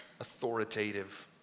authoritative